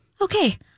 okay